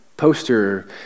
poster